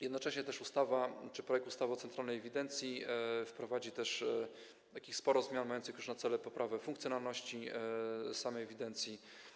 Jednocześnie ustawa czy projekt ustawy o centralnej ewidencji wprowadzi też sporo zmian mających na celu poprawę funkcjonalności samej ewidencji.